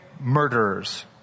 murderers